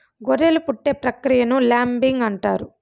గొర్రెలు పుట్టే ప్రక్రియను ల్యాంబింగ్ అంటారు